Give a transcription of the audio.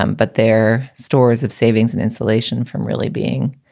um but their stores of savings and insulation from really being